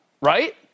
right